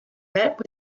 met